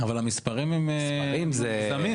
אבל המספרים מוגזמים.